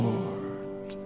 Lord